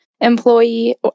employee